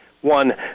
One